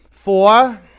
Four